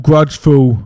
Grudgeful